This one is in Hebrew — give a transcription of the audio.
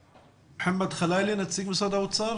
נמצא אתנו מוחמד חלאילה נציג משרד האוצר?